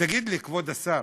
תגיד לי, כבוד השר,